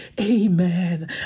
Amen